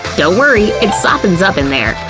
don't worry, it softens up in there.